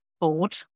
board